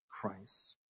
Christ